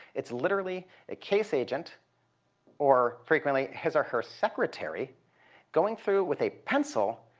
it's literally a case agent or, frequently, his or her secretary going through with a pencil